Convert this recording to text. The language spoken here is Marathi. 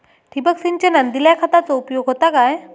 ठिबक सिंचनान दिल्या खतांचो उपयोग होता काय?